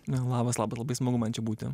labas labai labai smagu man čia būti